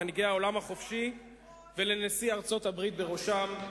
למנהיגי העולם החופשי ולנשיא ארצות-הברית בראשם,